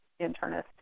internist